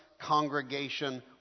congregation